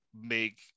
make